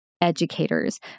Educators